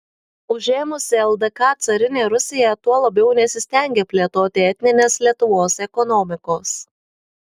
užėmusi ldk carinė rusija tuo labiau nesistengė plėtoti etninės lietuvos ekonomikos